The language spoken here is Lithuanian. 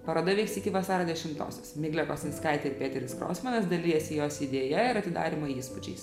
paroda vyks iki vasario dešimtosios miglė kosinskaitė ir pėteris krosmanas dalijasi jos idėja ir atidarymo įspūdžiais